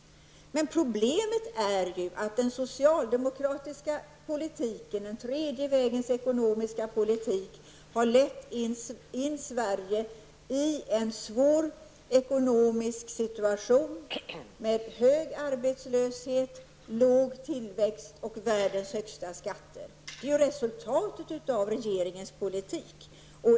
Men problemet är ju att den socialdemokratiska politiken, den tredje vägens ekonomiska politik, har lett in Sverige i en svår ekonomisk situation med hög arbetslöshet, låg tillväxt och världens högsta skatter. Det är ju resultatet av regeringens politik.